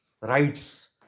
rights